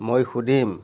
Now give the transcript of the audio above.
মই সুধিম